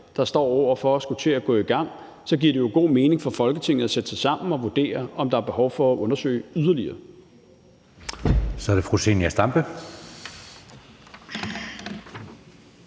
der står over for at skulle til at gå i gang, så giver det god mening for Folketinget at sætte sig sammen og vurdere, om der er behov for at undersøge yderligere. Kl. 20:06 Anden